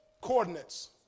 Coordinates